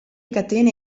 catene